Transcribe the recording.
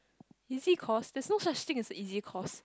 easy course there's no such thing as a easy course